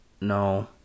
No